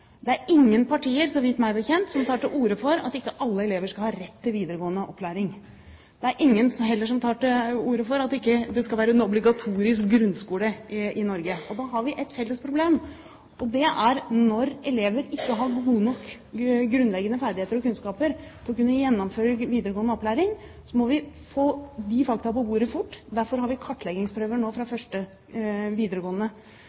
ingen partier, så vidt jeg vet, som tar til orde for at ikke alle elever skal ha rett til videregående opplæring. Det er heller ingen som tar til orde for at det ikke skal være obligatorisk grunnskole i Norge. Vi har ett felles problem, og det er: Når elever ikke har gode nok grunnleggende ferdigheter og kunnskaper til å kunne gjennomføre videregående opplæring, må vi få disse fakta på bordet fort. Derfor har vi nå kartleggingsprøver fra